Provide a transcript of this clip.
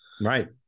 Right